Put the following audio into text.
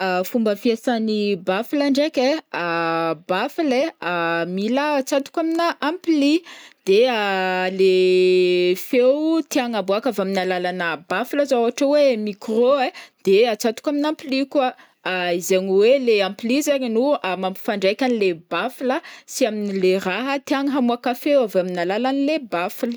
Fomba fiasan'ny baffle ndraiky e, baffle e mila atsatoka amina ampli deha le feo tiagna aboaka avy amina alalana baffle zao ôhatra hoe micro e, de atsatoka amina ampli koa, zegny hoe le ampli zegny no mampifandraiky anle baffle sy am'le raha tiagny hamoaka feo avy amin'ny alalan'le baffle.